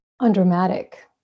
undramatic